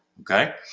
okay